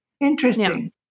Interesting